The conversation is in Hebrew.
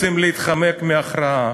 רוצים להתחמק מהכרעה,